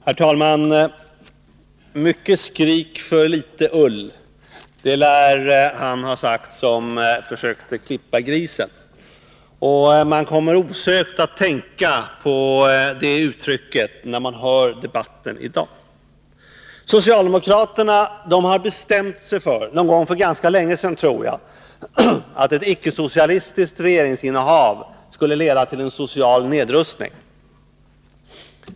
Herr talman! Mycket skrik för litet ull, lär han ha sagt som försökte klippa grisen. Man kommer osökt att tänka på det uttrycket, när man hör debatten i dag. Socialdemokraterna har bestämt sig för — någon gång för ganska länge sedan, tror jag — att ett icke-socialistiskt regeringsinnehav skulle leda till en social nedrustning.